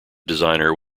designer